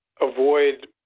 avoid